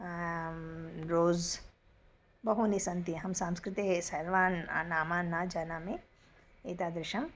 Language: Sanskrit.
रोस् बहूनि सन्ति अहं सांस्कृते सर्वान् न नामान् न जानामि एतादृशं